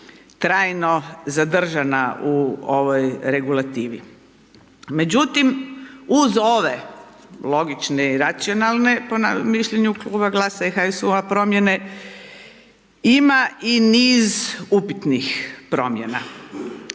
trajno zadržana u ovoj regulativi. Međutim, uz ove logične i racionalne po mišljenju Kluba GLAS-a i HSU-a promjene ima i niz upitnih promjena.